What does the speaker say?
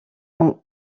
ont